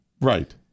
Right